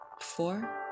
four